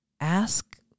ask